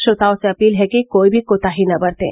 श्रोताओं से अपील है कि कोई भी कोताही न बरतें